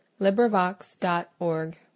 LibriVox.org